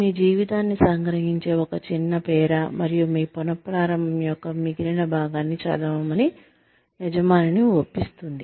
ఇది మీ జీవితాన్ని సంగ్రహించే ఒక చిన్న పేరా మరియు మీ పునఃప్రారంభం యొక్క మిగిలిన భాగాన్ని చదవమని యజమానిని ఒప్పిస్తుంది